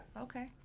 Okay